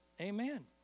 Amen